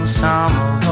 summer